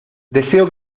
deseo